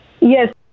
Yes